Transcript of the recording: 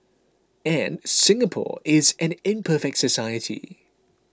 and Singapore is an imperfect society